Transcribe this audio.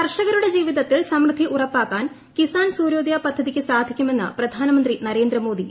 കർഷകരുടെ ജീവിതത്തിൽ സമൃദ്ധി ഉറപ്പാക്കാൻ കിസാൻ സൂര്യോദയ പദ്ധതിക്ക് സാധിക്കുമെന്ന് പ്രധാനമന്ത്രി നരേന്ദ്രമോദി